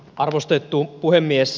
arvostettu puhemies